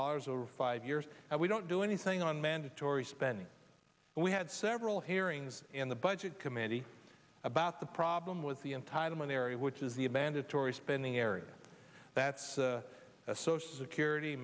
dollars over five years and we don't do anything on mandatory spending but we had several hearings in the budget committee about the problem with the entitlement area which is the a mandatory spending area that's a social security